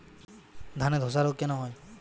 ধানে ধসা রোগ কেন হয়?